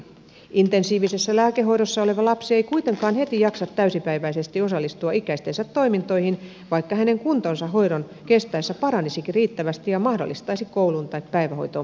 intensiivisessä lääkehoidossa oleva lapsi ei kuitenkaan heti jaksa täysipäiväisesti osallistua ikäistensä toimintoihin vaikka hänen kuntonsa hoidon kestäessä paranisikin riittävästi ja mahdollistaisi kouluun tai päivähoitoon palaamisen kokeilun